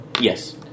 Yes